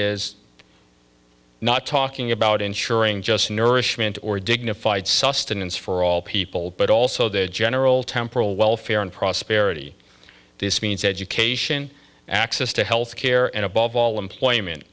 is not talking about ensuring just nourishment or dignified sustenance for all people but also the general temporal welfare and prosperity this means education access to health care and above all employment